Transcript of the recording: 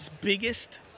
biggest